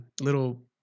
little